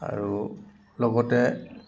আৰু লগতে